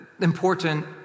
important